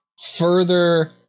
further